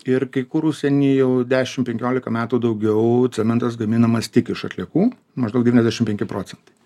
ir kai kur užsieny jau dešim penkiolika metų daugiau cementas gaminamas tik iš atliekų maždaug devyniasdešim penki procentai